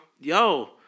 yo